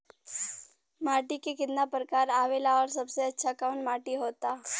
माटी के कितना प्रकार आवेला और सबसे अच्छा कवन माटी होता?